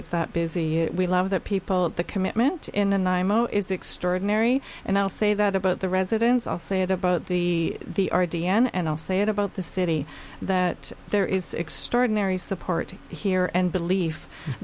it's that busy we love that people the commitment in and imo is extraordinary and i'll say that about the residents i'll say it about the the r d n and i'll say it about the city that there is extraordinary support here and belief